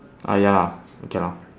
ah ya lah okay lah